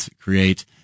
create –